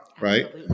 right